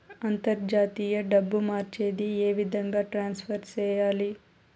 అంతర్జాతీయ డబ్బు మార్చేది? ఏ విధంగా ట్రాన్స్ఫర్ సేయాలి?